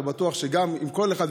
ובטוח שאם כל אחד,